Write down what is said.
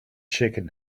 shaken